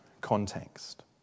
context